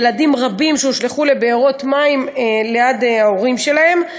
ילדים רבים שהושלכו לבארות מים ליד ההורים שלהם.